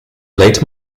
late